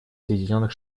соединенных